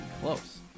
close